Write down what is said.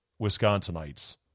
Wisconsinites